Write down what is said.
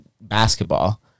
basketball